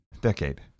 decade